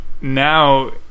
now